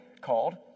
called